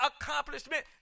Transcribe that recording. accomplishment